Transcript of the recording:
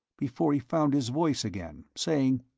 before he found his voice again, saying,